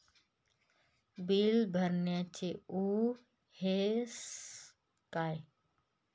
Bill भरण्याचे उद्देश काय?